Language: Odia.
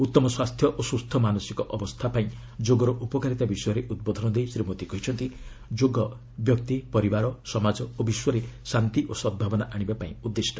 ଉତ୍ତମ ସ୍ୱାସ୍ଥ୍ୟ ଓ ସୁସ୍ଥ ମାନସିକ ଅବସ୍ଥା ପାଇଁ ଯୋଗର ଉପକାରିତା ବିଷୟରେ ଉଦ୍ବୋଧନ ଦେଇ ଶ୍ରୀ ମୋଦି କହିଛନ୍ତି ଯୋଗ ବ୍ୟକ୍ତି ପରିବାର ସମାଜ ଓ ବିଶ୍ୱରେ ଶାନ୍ତି ଓ ସଦ୍ଭାବନା ଆଣିବା ପାଇଁ ଉଦ୍ଦିଷ୍ଟ